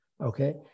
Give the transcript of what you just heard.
Okay